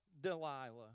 Delilah